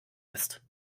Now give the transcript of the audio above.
ist